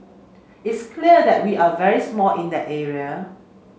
it's clear that we are very small in that area